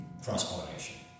cross-pollination